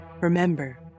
remember